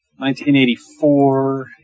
1984